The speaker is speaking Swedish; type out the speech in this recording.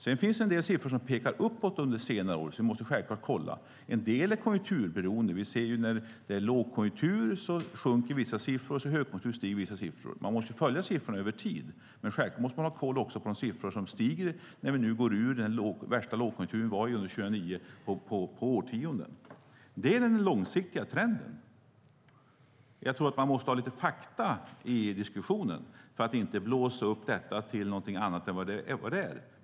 Sedan finns det en del siffror som har pekat uppåt under senare år. Dem måste vi självfallet kolla. En del är konjunkturberoende; vi ser att i lågkonjunktur sjunker vissa siffror och i högkonjunktur stiger de. Man måste följa siffrorna över tid. Men självfallet måste man också ha koll på de siffror som stiger när vi nu går ur lågkonjunkturen. Vi hade ju den värsta lågkonjunkturen på årtionden under 2009. Det är den långsiktiga trenden. Jag tror att man måste ha lite fakta i diskussionen för att inte blåsa upp detta till någonting annat än vad det är.